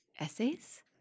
essays